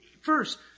First